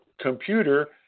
computer